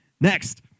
Next